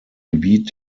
gebiet